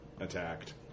attacked